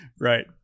Right